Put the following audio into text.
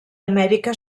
amèrica